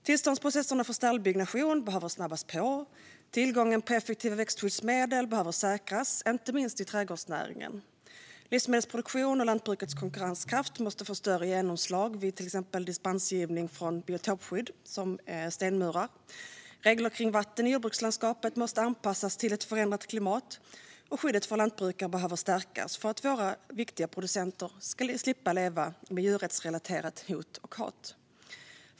Tillståndsprocesserna för stallbyggnation behöver snabbas på. Tillgången på effektiva växtskyddsmedel behöver säkras, inte minst i trädgårdsnäringen. Livsmedelsproduktion och lantbrukets konkurrenskraft måste få större genomslag vid dispensgivning från biotopskydd, exempelvis när det gäller stenmurar. Regler kring vatten i jordbrukslandskapet måste anpassas till ett förändrat klimat, och skyddet för lantbrukare behöver stärkas för att våra viktiga producenter ska slippa leva med djurrättsrelaterat hot och hat.